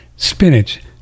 Spinach